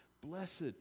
blessed